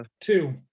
two